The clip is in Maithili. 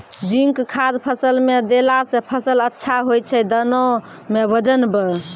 जिंक खाद फ़सल मे देला से फ़सल अच्छा होय छै दाना मे वजन ब